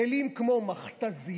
כלים כמו מכת"זיות,